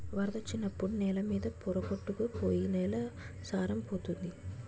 వరదొచ్చినప్పుడు నేల మీద పోర కొట్టుకు పోయి నేల సారం పోతంది